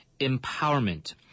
empowerment